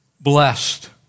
blessed